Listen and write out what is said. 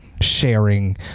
sharing